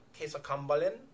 Kesakambalin